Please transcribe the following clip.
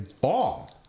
bomb